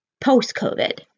post-COVID